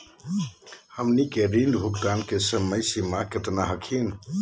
हमनी के ऋण भुगतान के समय सीमा केतना हखिन?